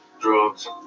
drugs